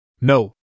No